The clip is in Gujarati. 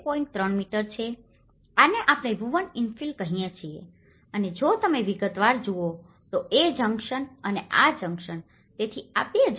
3 મીટર છે આને આપણે વુવન ઇન્ફિલ કહીએ છીએ અને જો તમે વિગતવાર એ જુઓ તો A જંકશન અને આ જંકશન તેથી આ 2 જંકશન છે